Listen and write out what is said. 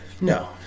No